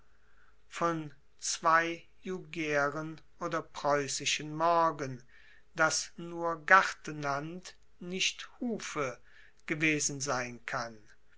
von zwei jugeren oder preussischen morgen das nur gartenland nicht hufe gewesen sein kann